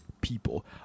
people